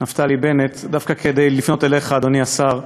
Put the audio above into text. נפתלי בנט, דווקא כדי לפנות אליך, אדוני השר,